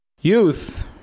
Youth